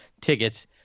tickets